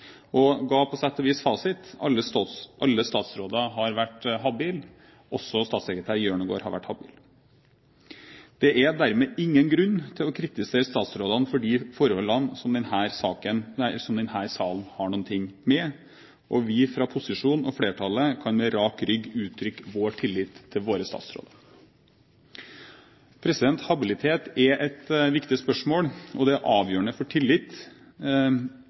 Det ga på sett og vis fasit: Alle statsråder har vært habile. Også statssekretær Hjørnegård har vært habil. Det er dermed ingen grunn til å kritisere statsrådene for de forholdene som denne salen har noe med. Vi fra posisjonen og flertallet kan med rak rygg uttrykke vår tillit til våre statsråder. Habilitet er et viktig spørsmål, og det er avgjørende for